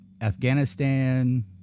Afghanistan